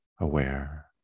aware